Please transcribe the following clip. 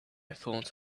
thought